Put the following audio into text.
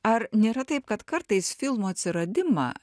ar nėra taip kad kartais filmų atsiradimą